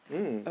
mm